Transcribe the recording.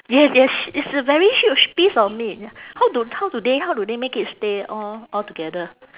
yes yes it's a very huge piece of meat how do how do they how do they make it stay all all together